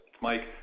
Mike